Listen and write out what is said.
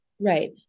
Right